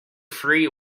free